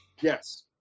Yes